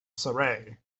surrey